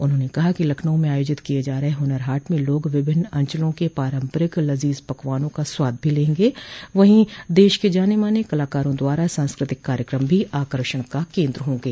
उन्होंने कहा कि लखनऊ में आयोजित किये जा रहे हुनर हाट में लोग विभिन्न अंचलों के पारम्परिक लजीज पकवानों का लुफ्त भी उठायेंगे वहीं देश के जानेमाने कलाकारों द्वारा सांस्कृतिक कार्यक्रम भी आकर्षण का केन्द्र होंगे